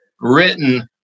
written